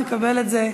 נקבל את זה בלב.